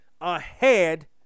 ahead